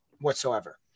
whatsoever